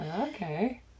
Okay